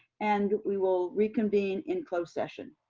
and we will reconvene in closed session.